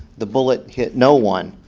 the bullet hit no one.